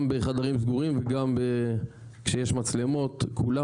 גם בחדרים סגורים וגם כשיש מצלמות כולם